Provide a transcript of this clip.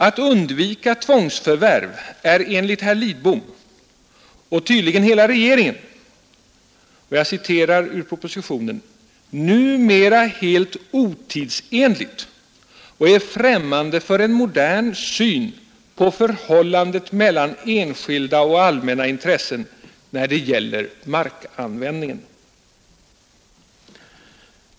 Att undvika tvångsförvärv är enligt herr Lidbom och tydligen hela regeringen — jag citerar ur propositionen — ”numera helt otidsenligt och är främmande för en modern syn på förhållandet mellan enskilda och allmänna intressen när det gäller markanvändningen”.